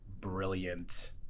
brilliant